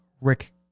Rick